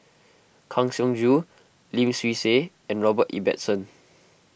Kang Siong Joo Lim Swee Say and Robert Ibbetson